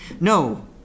No